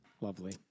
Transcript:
Lovely